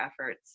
efforts